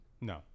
no